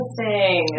Interesting